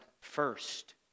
first